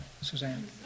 suzanne